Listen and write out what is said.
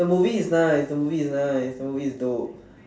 the movie is nice the movie is nice the movie is dull